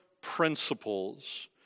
principles